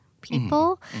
people